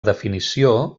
definició